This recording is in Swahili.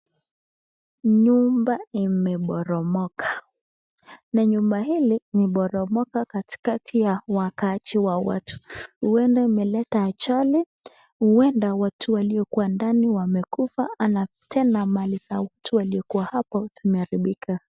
Nyumba imeboromoka na nyumba hili imeboromoka katikati ya wakajii wa watu. Huenda imeleta ajali, huenda watu waliokuwa ndani wamekufa na tena mali za watu waliokuwa hapo zimeharibika.